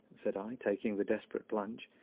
said i, taking the desperate plunge,